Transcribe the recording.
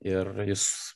ir jis